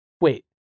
wait